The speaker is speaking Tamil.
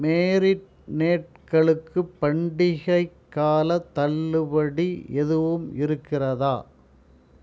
மேரினேட்களுக்கு பண்டிகைக் காலத் தள்ளுபடி எதுவும் இருக்கிறதா